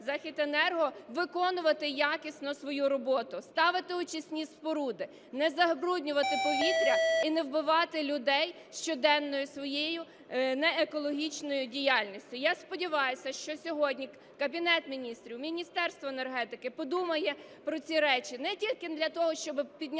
Західенерго виконувати якісно свою роботу, ставити очисні споруди, не забруднювати повітря і не вбивати людей щоденною своєю неекологічною діяльністю. Я сподіваюся, що сьогодні Кабінет Міністрів, Міністерство енергетики подумає про ці речі, не тільки для того, щоб підняти